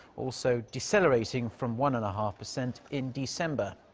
also decelerating from one-and-a-half percent in december.